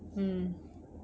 mm